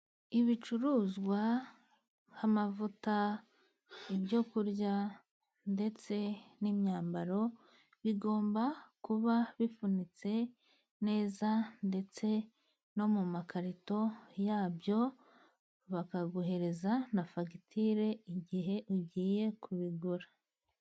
Ibicuruzwa nk'amavuta, ibyo kurya, ndetse n'imyambaro, bigomba kuba bifunitse neza, ndetse no mu makarito yabyo, bakaguhereza na fagitire, igihe ugiye kubigura.